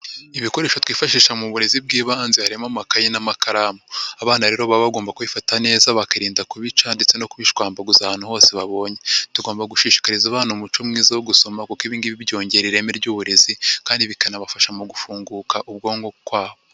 Ibikoresho twifashisha mu burezi bw'ibanze harimo amakayi n'amakaramu, abana rero baba bagomba kubifata neza bakirinda kubica ndetse no kubishwambaguza ahantu hose babonye; tugomba gushishikariza abana umuco mwiza wo gusoma kuko ibi ngibi byongera ireme ry'uburezi kandi bikanabafasha mu gufunguka ubwonko kwabo.